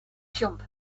jump